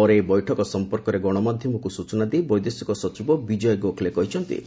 ପରେ ଏହି ବୈଠକ ସଂପର୍କରେ ଗଣମାଧ୍ୟମକୁ ସୂଚନା ଦେଇ ବୈଦେଶିକ ସଚିବ ବିଜୟ ଗୋଖଲେ କହିଛନ୍ତି